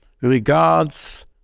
regards